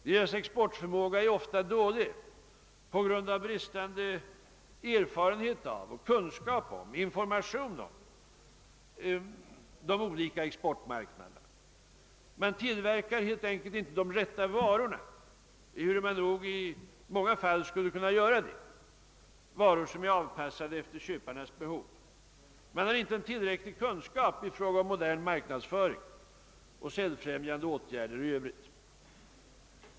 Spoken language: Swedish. Deras exportförmåga är ofta dålig på grund av bristande erfarenhet av och information om de olika exportmarknaderna. Man tillverkar helt enkelt inte de rätta varorna, ehuru man nog i många fall skulle kunna göra det — varor som är avpassade efter köparnas behov. Man har inte tillräcklig kunskap om modern marknadsföring och säljfrämjande åtgärder i Övrigt.